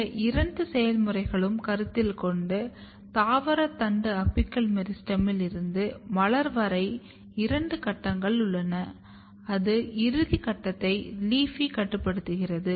இந்த இரண்டு செயல்முறைகளையும் கருத்தில் கொண்டால் தாவர தண்டு அபிக்கல் மெரிஸ்டெமில் இருந்து மலர் வரை இரண்டு கட்டங்கள் உள்ளது அதி இறுதி கட்டத்தை LEAFY கட்டுப்படுத்துகிறது